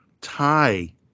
tie